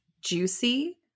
juicy